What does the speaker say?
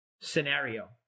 scenario